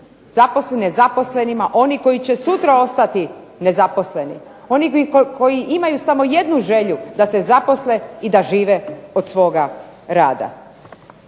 Zaposlene zaposlenima, oni koji sutra ostati nezaposleni. Oni koji imaju samo jednu želju da se zaposle i da žive od svoga rada.